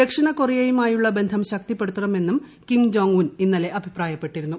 ദക്ഷിണ കൊറിയയുമായുള്ള ബന്ധം ശക്തിപ്പെടുത്തണമെന്നും കിം ജോങ് ഉൻ ഇന്നലെ അഭിപ്രായപ്പെട്ടിരുന്നു